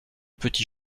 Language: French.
petit